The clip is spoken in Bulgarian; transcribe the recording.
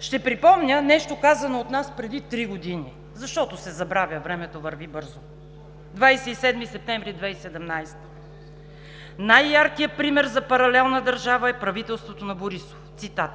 Ще припомня нещо, казано от нас преди три години, защото се забравя, времето върви бързо, 27 септември 2017 г.: „Най-яркият пример за паралелна държава е правителството на Борисов“, цитат.